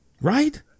Right